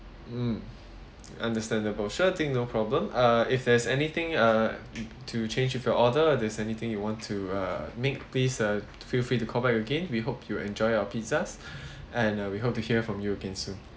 um understandable sure thing no problem uh if there's anything uh to change with your order there's anything you want to uh make piece uh feel free to call back again we hope you enjoy your pizzas and we hope to hear from you again soon